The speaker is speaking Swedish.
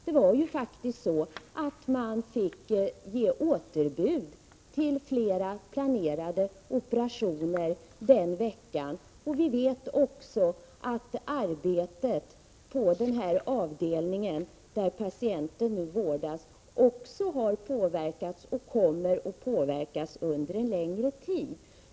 Man fick ju faktiskt ge återbud till flera planerade operationer den veckan. Vi vet också att arbetet på den avdelning där patienten nu vårdas har påverkats och kommer att påverkas under en längre tid.